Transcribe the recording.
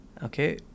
Okay